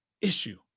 issue